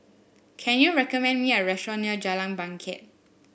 can you recommend me a restaurant near Jalan Bangket